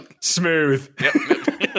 smooth